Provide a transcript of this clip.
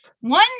One